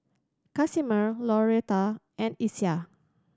Casimer Lauretta and Isiah